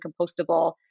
compostable